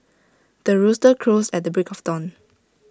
the rooster crows at the break of dawn